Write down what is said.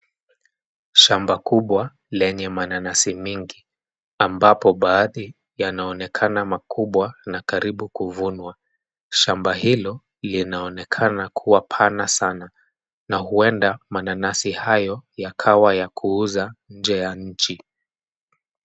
Shamba kubwa lenye mananasi mingi ambapo baadhi yanaonekana makubwa na karibu kuvunwa. Shamba hilo linaonekana kuwa pana sana na huenda mananasi hayo yakawa ya kuuza nje ya nchi.